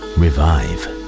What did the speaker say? revive